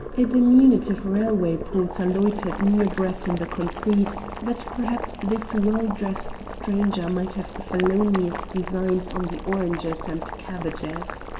a diminutive railway porter loitered near brett in the conceit that perhaps this well-dressed stranger might have felonious designs on the oranges and cabbages.